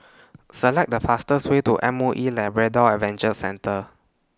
Select The fastest Way to M O E Labrador Adventure Centre